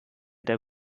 der